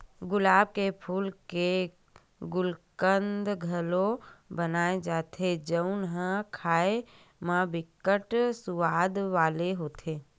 गुलाब के फूल के गुलकंद घलो बनाए जाथे जउन ह खाए म बिकट सुवाद वाला होथे